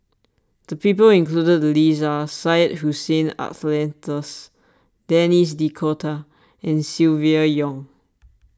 the people included in the list are Syed Hussein Alatas Denis D'Cotta and Silvia Yong